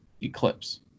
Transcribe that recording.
Eclipse